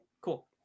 Cool